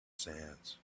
sands